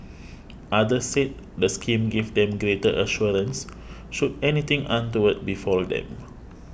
others said the scheme gave them greater assurance should anything untoward befall them